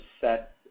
set